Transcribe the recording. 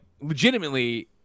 legitimately